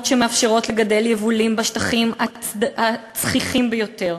שמאפשרות לגדל יבולים בשטחים הצחיחים ביותר.